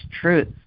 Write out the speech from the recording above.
truth